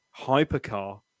hypercar